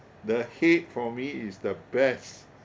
the head for me is the best